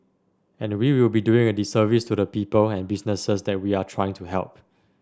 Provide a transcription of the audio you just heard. and we will be doing a disservice to the people and businesses that we are trying to help